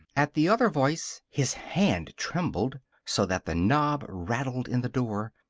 at the other voice his hand trembled so that the knob rattled in the door,